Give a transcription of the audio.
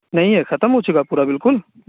نہیں ہے ختم ہو چکا پورا بالکل